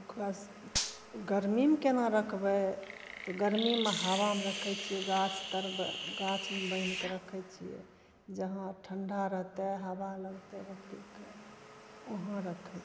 ओकरा गरमीमे कोना रखबै तऽ गरमीमे हवामे राखै छिए गाछतर गाछमे बान्हिके राखै छिए जहाँ ठण्डा रहतै हवा लागतै बकरीके वहाँ रखै छिए